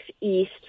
east